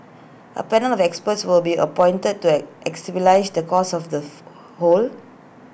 A panel of experts will be appointed to ex stabilize the cause of the hole